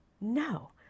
No